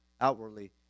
outwardly